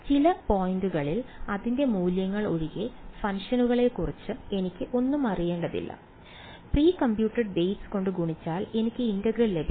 ചില പോയിന്റുകളിൽ അതിന്റെ മൂല്യങ്ങൾ ഒഴികെ ഫംഗ്ഷനെക്കുറിച്ച് എനിക്ക് ഒന്നും അറിയേണ്ടതില്ല പ്രീകംപ്യൂട്ടഡ് വെയ്റ്റുകൾ കൊണ്ട് ഗുണിച്ചാൽ എനിക്ക് ഇന്റഗ്രൽ ലഭിക്കും